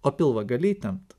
o pilvą gali tempt